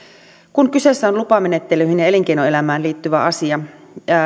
kun kyseessä on lupamenettelyihin ja elinkeinoelämään liittyvä asia